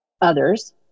others